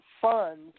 funds